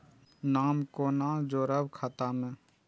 नाम कोना जोरब खाता मे